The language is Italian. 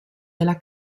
della